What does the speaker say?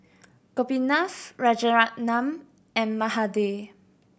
Gopinath Rajaratnam and Mahade